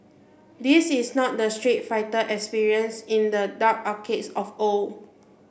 this is not the Street Fighter experience in the dark arcades of old